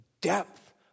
depth